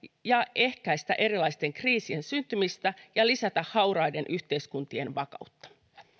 ja ehkäistä erilaisten kriisien syntymistä ja lisätä hauraiden yhteiskuntien vakautta